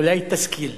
אולי תשכיל.